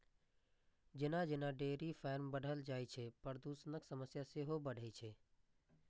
जेना जेना dairy farm बढ़ल जाइ छै, प्रदूषणक समस्या सेहो बढ़ै छै